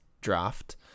draft